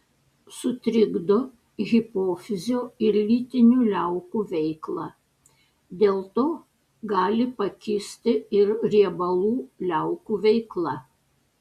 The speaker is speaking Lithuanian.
sutrikdo hipofizio ir lytinių liaukų veiklą dėl to gali pakisti ir riebalų liaukų veikla